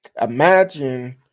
Imagine